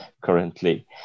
currently